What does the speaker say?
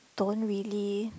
don't really